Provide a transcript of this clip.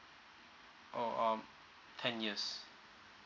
oh um ten years